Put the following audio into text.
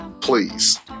Please